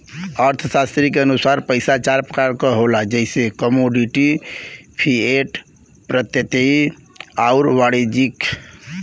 अर्थशास्त्री के अनुसार पइसा चार प्रकार क होला जइसे कमोडिटी, फिएट, प्रत्ययी आउर वाणिज्यिक